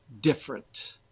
different